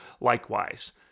likewise